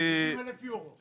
70 אלף יורו.